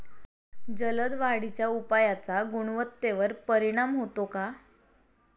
जलद वाढीच्या उपायाचा गुणवत्तेवर परिणाम होतो का?